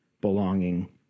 belonging